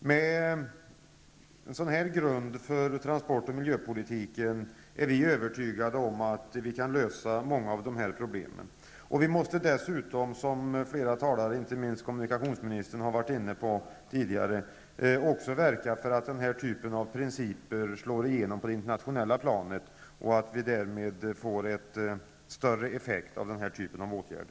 Med en sådan grund för transport och miljöpolitiken kan vi -- det är vi övertygade -- lösa många av problemen. Vi måste dessutom, som flera talare, inte minst kommunikationsministern, tidigare varit inne på, verka för att dessa principer slår igenom på det internationella planet, så att vi får större effekt av den här typen av åtgärder.